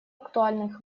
актуальным